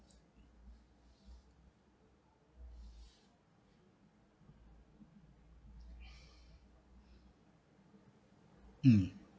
mm